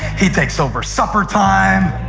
he takes over suppertime.